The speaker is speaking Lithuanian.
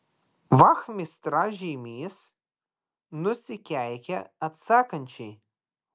vachmistra žeimys nusikeikė atsakančiai